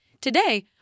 Today